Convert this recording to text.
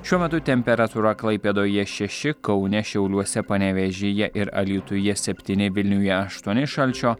šiuo metu temperatūra klaipėdoje šeši kaune šiauliuose panevėžyje ir alytuje septyni vilniuje aštuoni šalčio